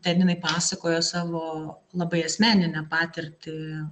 ten jinai pasakoja savo labai asmeninę patirtį